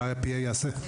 מה ה-P.A יעשה?